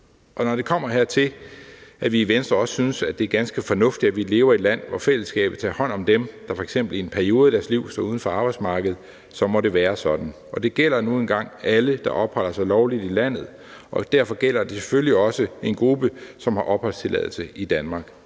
og når det kommer hertil, at vi i Venstre også synes, at det er ganske fornuftigt, at vi lever i et land, hvor fællesskabet tager hånd om dem, der f.eks. i en periode af deres liv står uden for arbejdsmarkedet, så må det være sådan. Det gælder nu engang alle, der opholder sig lovligt i landet, og derfor gælder det selvfølgelig også en gruppe, som har opholdstilladelse i Danmark,